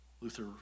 Luther